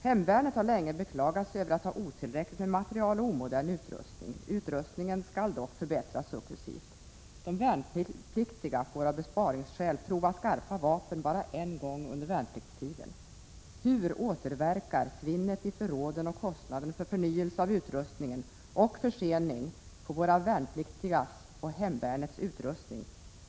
Hemvärnet har länge beklagat sig över att ha otillräckligt med materiel och omodern utrustning. Utrustningen skall dock förbättras successivt. De värnpliktiga får av besparingsskäl prova skarpa vapen bara en gång under värnpliktstiden. Hur återverkar svinnet i förråden och kostnaderna för förnyelse av utrustning och för försening på våra värnpliktigas och hemvärnets utrustning?